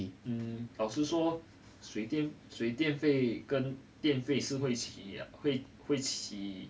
um 老实说水电水电费跟电费是会起会会起